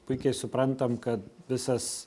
puikiai suprantam kad visas